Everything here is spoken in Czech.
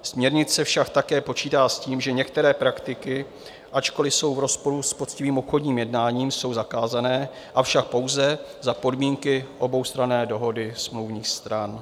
Směrnice však také počítá s tím, že některé praktiky, ačkoliv jsou v rozporu s poctivým obchodním jednáním, jsou zakázané, avšak pouze za podmínky oboustranné dohody smluvních stran.